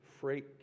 freight